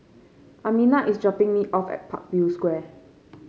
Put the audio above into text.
Amina is dropping me off at Parkview Square